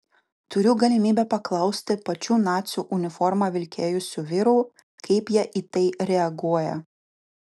turiu galimybę paklausti pačių nacių uniformą vilkėjusių vyrų kaip jie į tai reaguoja